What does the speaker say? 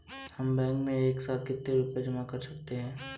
हम बैंक में एक साथ कितना रुपया जमा कर सकते हैं?